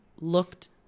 looked